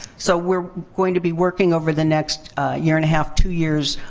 so, we're going to be working, over the next year and a half, two years,